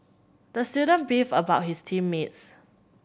the student beefed about his team mates